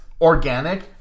organic